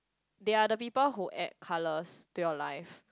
they are the people who add colours to your life